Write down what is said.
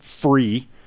free